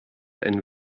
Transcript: ein